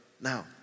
Now